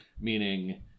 meaning